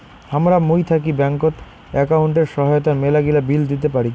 হামরা মুই থাকি ব্যাঙ্কত একাউন্টের সহায়তায় মেলাগিলা বিল দিতে পারি